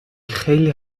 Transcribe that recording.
خیلی